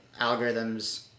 algorithms